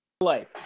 life